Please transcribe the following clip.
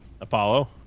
Apollo